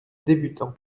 débutants